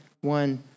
one